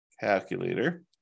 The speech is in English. Calculator